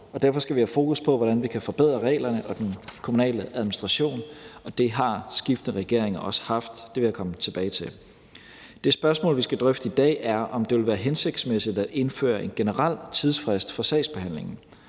derfor skal vi have fokus på, hvordan vi kan forbedre reglerne og den kommunale administration, og det har skiftende regeringer også haft. Det vil jeg komme tilbage til. Det spørgsmål, vi skal drøfte i dag, er, om det vil være hensigtsmæssigt at indføre en generel tidsfrist for sagsbehandlingen.